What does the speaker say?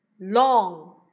long